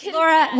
Laura